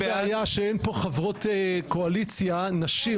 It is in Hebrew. יש בעיה שאין פה חברות קואליציה נשים,